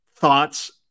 thoughts